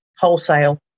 wholesale